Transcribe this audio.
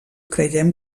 creiem